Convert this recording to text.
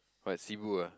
what Cebu ah